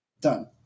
done